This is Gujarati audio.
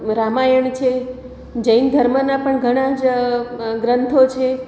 રામાયણ છે જૈન ધર્મના પણ ઘણા જ ગ્રંથો છે